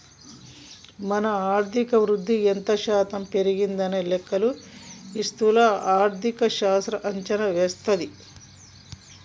మన ఆర్థిక వృద్ధి ఎంత శాతం పెరిగిందనే లెక్కలు ఈ స్థూల ఆర్థిక శాస్త్రం అంచనా వేస్తది